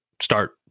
start